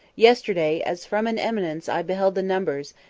yesterday, as from an eminence i beheld the numbers,